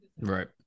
Right